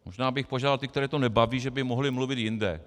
Možná bych požádal ty, které to nebaví, že by mohli mluvit jinde.